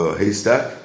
haystack